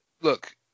Look